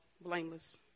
blameless